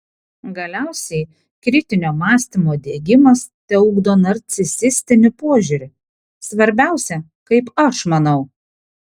galiausiai kritinio mąstymo diegimas teugdo narcisistinį požiūrį svarbiausia kaip aš manau